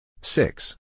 six